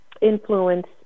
influence